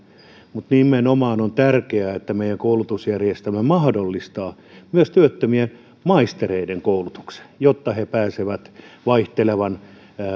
mutta nimenomaan on tärkeää että meidän koulutusjärjestelmä mahdollistaa myös työttömien maistereiden koulutuksen jotta he pääsevät vaihtelevan